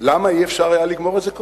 למה לא היה אפשר לגמור את זה קודם?